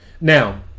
Now